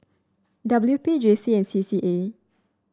W P J C and C C A